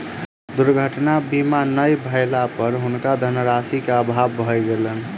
दुर्घटना बीमा नै भेला पर हुनका धनराशि के अभाव भ गेलैन